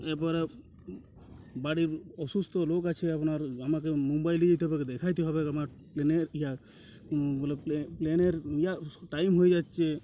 যে পরে বাড়ির অসুস্থ লোক আছে আপনার আপনাকে মুম্বাই নিয়ে যেতে হবে তাকে দেখাতে হবে ওনার প্লেনের ইয়ে মানে প্লেনের ইয়ে টাইম হয়ে যাচ্ছে